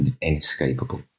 inescapable